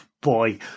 boy